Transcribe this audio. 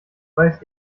weiß